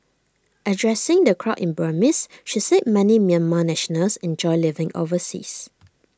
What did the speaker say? addressing the crowd in Burmese she said many Myanmar nationals enjoy living overseas